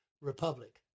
Republic